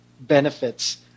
benefits